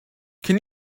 can